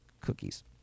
cookies